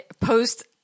Post